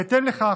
בהתאם לכך,